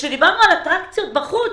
כשדיברנו על אטרקציות בחוץ,